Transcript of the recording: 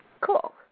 Cool